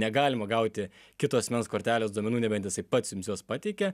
negalima gauti kito asmens kortelės duomenų nebent jisai pats jums juos pateikia